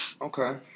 okay